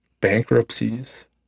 Bankruptcies